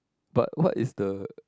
but what is the